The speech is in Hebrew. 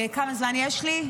כמה זמן יש לי?